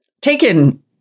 taken